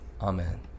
Amen